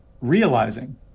realizing